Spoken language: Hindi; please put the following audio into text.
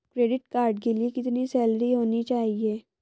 क्रेडिट कार्ड के लिए कितनी सैलरी होनी चाहिए?